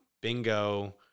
bingo